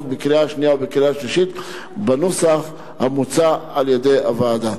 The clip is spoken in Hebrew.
בקריאה השנייה ובקריאה השלישית בנוסח המוצע על-ידי הוועדה.